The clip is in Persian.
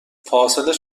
فاصله